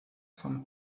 von